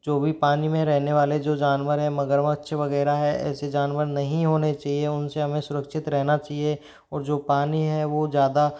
जो भी पानी में रहने वाले जो जानवर हैं मगरमच्छ वगैरह हैं ऐसे जानवर नहीं होने चाहिए उनसे हमें सुरक्षित रहना चाहिए और जो पानी है वो ज़्यादा